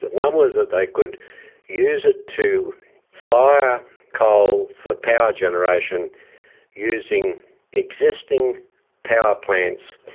but one was that they could use it to fire coal for power generation using existing power plants.